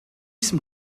some